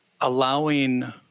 allowing